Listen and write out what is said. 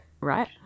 right